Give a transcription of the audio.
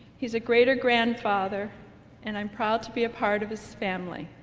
he's a greater grandfather and i'm proud to be a part of his family.